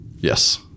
Yes